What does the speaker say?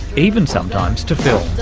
even sometimes to film.